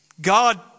God